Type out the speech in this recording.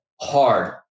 hard